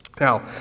Now